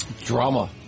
Drama